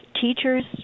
Teachers